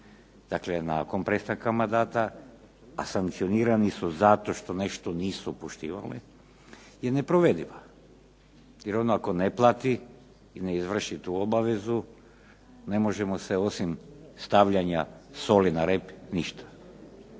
dakle nakon prestanka mandata, a sankcionirani su zato što nešto nisu poštivali, je neprovedivo. Jer on ako ne plati i ne izvrši tu obavezu ne možemo se osim stavljanja soli na rep ništa.